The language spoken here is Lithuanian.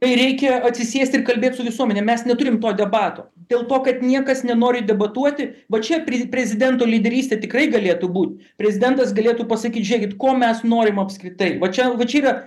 reikia atsisėsti ir kalbėt su visuomene mes neturim to debatų dėl to kad niekas nenori debatuoti va čia pri prezidento lyderystė tikrai galėtų būt prezidentas galėtų pasakyt žiūrėkit ko mes norim apskritai va čia va čia yra